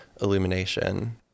illumination